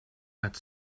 got